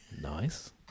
Nice